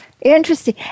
Interesting